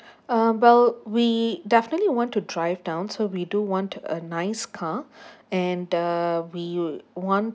uh well we definitely want to drive down so we do want a nice car and uh we want